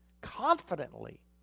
confidently